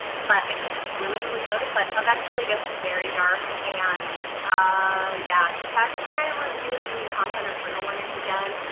but i think it's really really good. but eventually gets very dark, and ah yeah check my review if you need content or trigger warnings again.